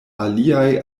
aliaj